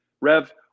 Rev